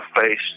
face